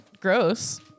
gross